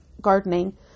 gardening